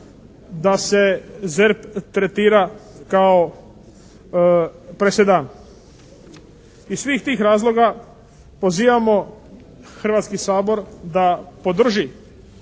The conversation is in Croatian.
da se ZERP tretira kao presedan. Iz svih tih razloga pozivamo Hrvatski sabor da podrži